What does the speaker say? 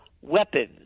weapons